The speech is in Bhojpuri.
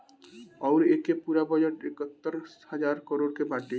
अउर एके पूरा बजट एकहतर हज़ार करोड़ के बाटे